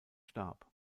starb